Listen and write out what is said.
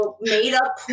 made-up